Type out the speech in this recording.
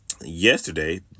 yesterday